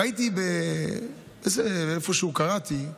ראיתי איפשהו, קראתי,